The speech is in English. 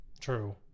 true